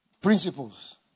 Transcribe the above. principles